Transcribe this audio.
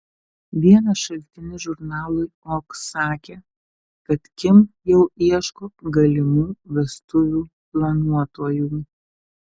vienas šaltinis žurnalui ok sakė kad kim jau ieško galimų vestuvių planuotojų